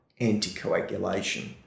anticoagulation